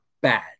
bad